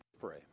Pray